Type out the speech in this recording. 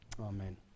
Amen